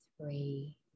three